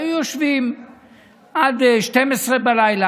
היו יושבים עד 24:00,